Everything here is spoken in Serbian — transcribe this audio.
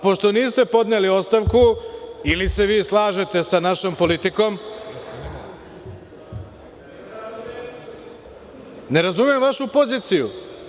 Pošto niste podneli ostavku, ili se vi slažete sa našom Vladom, ili sa našom politikom, ne razumem vašu poziciju.